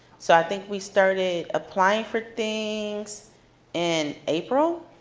so i think we started applying for things in april,